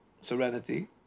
serenity